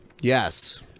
Yes